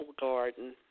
garden